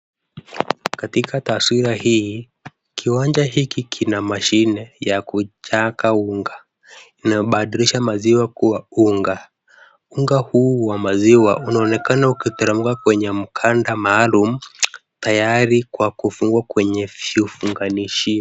Katika taswira hii, kiwanja hiki kina mashine ya kuchaka unga, inabadilisha maziwa kuwa unga. Unga huu wa maziwa, unaonekana ukiteremka kwenye mkanda maalum, tayari kwa kufungwa kwenye vifunganishio.